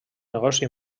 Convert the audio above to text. negoci